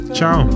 Ciao